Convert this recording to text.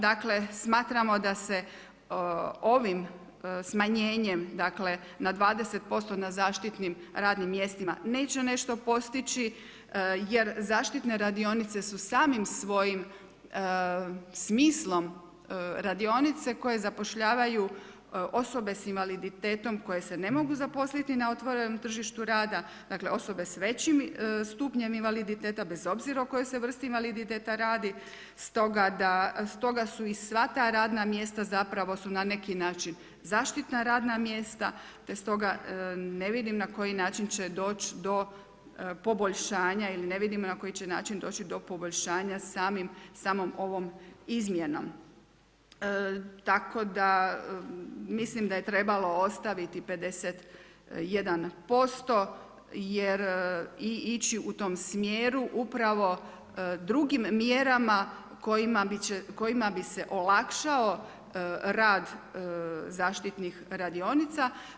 Dakle, smatramo da se ovim smanjenjem na 20% na zaštitnim radnim mjestima neće nešto postići jer zaštitne radionice su samim svojim smislom radionice koje zapošljavaju osobe s invaliditetom koje se ne mogu zaposliti na otvorenom tržištu rada, dakle, osobe s većim stupnjem invaliditeta, bez obzira o kojoj se vrsti invaliditeta radi, stoga su i sva ta radna mjesta zapravo su na neki način zaštitna radna mjesta, te stoga ne vidim na koji način će doći do poboljšanja, ili ne vidim na koji će način doći do poboljšanja samom ovom izmjenom, tako da mislim da je trebalo ostaviti 51% jer ići u tom smjeru upravo drugim mjerama kojima bi se olakšao rad zaštitnih radionica.